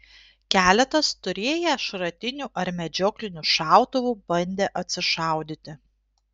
keletas turėję šratinių ar medžioklinių šautuvų bandė atsišaudyti